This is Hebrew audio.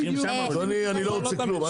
אדוני אני לא רוצה כלום.